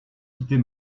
quitter